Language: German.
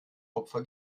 opfer